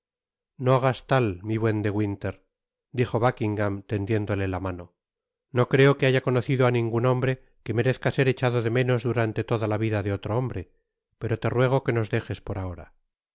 no hagas tahmi buen de winter dijo buckingam tendiéndole la mano no creo que haya conocido á ningun hombre que merezca ser echado de menos durante toda la vida de otro hombre pero le ruego que nos dejes por ahora